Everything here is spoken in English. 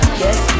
yes